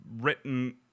written